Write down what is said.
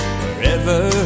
wherever